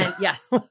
Yes